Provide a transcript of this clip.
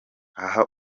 aha